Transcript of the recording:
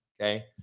okay